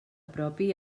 propi